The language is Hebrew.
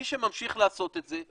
מי שממשיך לעשות את זה,